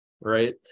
right